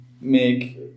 make